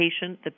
patient